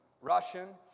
Russian